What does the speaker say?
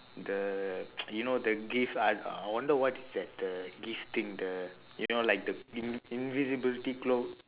the you know the gift I I wonder what is that the gift thing the you know like the in~ invisibility cloak